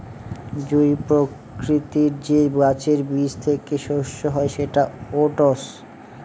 জুঁই প্রকৃতির যে গাছের বীজ থেকে শস্য হয় সেটা ওটস